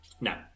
No